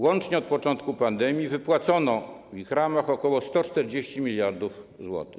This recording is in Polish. Łącznie od początku pandemii wypłacono w ich ramach ok. 140 mld zł.